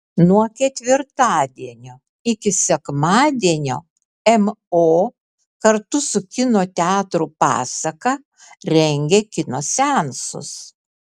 nuo ketvirtadienio iki sekmadienio mo kartu su kino teatru pasaka rengia kino seansus